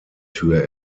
tür